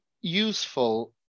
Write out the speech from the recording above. useful